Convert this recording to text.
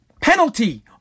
penalty